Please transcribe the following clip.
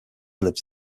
lived